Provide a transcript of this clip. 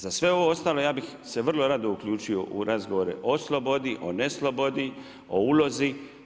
Za sve ovo ostalo, ja bih se vrlo rado uključio u razgovore, o slobodi, o neslobodi, o ulozi.